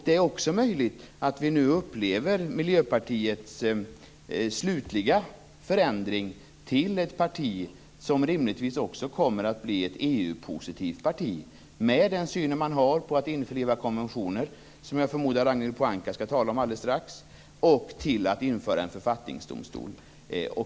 Det är också möjligt att vi nu upplever Miljöpartiets slutliga förändring till ett parti som rimligtvis kommer att bli ett EU-positivt parti med den syn man har på att införliva konventioner, som jag förmodar att Ragnhild Pohanka skall tala om alldeles strax, och på att införa en föfattningsdomstol.